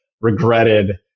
regretted